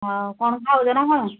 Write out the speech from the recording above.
ହଉ କ'ଣ ଖାଉଛ ନା କ'ଣ